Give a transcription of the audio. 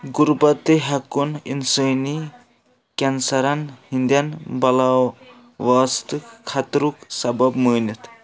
غُربت تہٕ ہیکون اِنسٲنی کینسرن ہِندۍ بلا واسطہٕ خطرُک سبب مٲنِتھ